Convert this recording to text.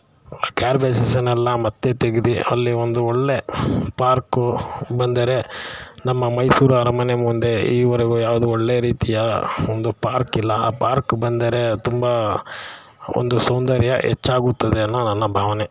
ಗ್ಯಾರ್ಬೇಜಸನ್ನೆಲ್ಲ ಮತ್ತು ತೆಗೆದು ಅಲ್ಲಿ ಒಂದು ಒಳ್ಳೆಯ ಪಾರ್ಕು ಬಂದರೆ ನಮ್ಮ ಮೈಸೂರು ಅರಮನೆ ಮುಂದೆ ಈವರೆಗೂ ಯಾವುದೂ ಒಳ್ಳೆಯ ರೀತಿಯ ಒಂದು ಪಾರ್ಕ್ ಇಲ್ಲ ಆ ಪಾರ್ಕ್ ಬಂದರೆ ತುಂಬ ಒಂದು ಸೌಂದರ್ಯ ಹೆಚ್ಚಾಗುತ್ತದೆ ಅನ್ನೋ ನನ್ನ ಭಾವನೆ